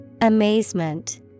Amazement